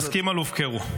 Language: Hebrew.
נסכים על הופקרו.